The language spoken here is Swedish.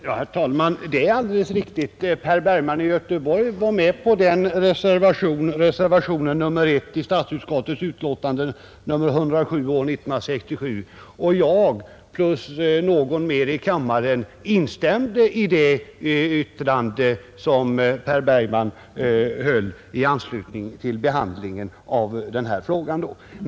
Herr talman! Det är alldeles riktigt att Per Bergman i Göteborg var med på reservationen nr 1 vid statsutskottets utlåtande nr 107 år 1967, och att jag plus någon mer i kammaren instämde i det anförande som herr Bergman höll i anslutning till behandlingen av den här frågan då.